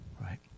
right